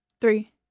three